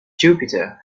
jupiter